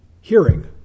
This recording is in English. hearing